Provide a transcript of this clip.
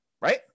right